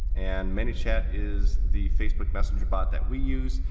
and manychat is the facebook messenger bot that we use.